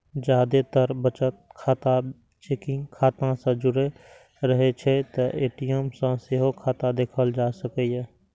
जादेतर बचत खाता चेकिंग खाता सं जुड़ रहै छै, तें ए.टी.एम सं सेहो खाता देखल जा सकैए